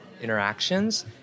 interactions